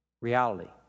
reality